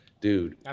Dude